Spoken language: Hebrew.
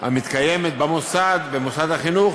המתקיימת במוסד החינוך